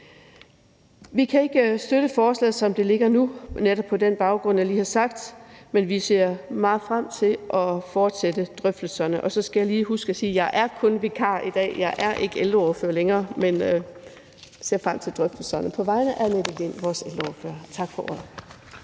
Vi kan ikke støtte forslaget, som det ligger nu – netop på baggrund af det, jeg lige har sagt – men vi ser meget frem til at fortsætte drøftelserne. Og så skal jeg lige huske at sige, at jeg kun er vikar i dag, at jeg ikke længere er ældreordfører, men jeg ser på vegne af Annette Lind, vores ældreordfører, frem